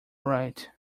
right